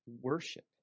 Worship